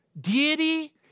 deity